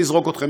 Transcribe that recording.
נזרוק אתכם.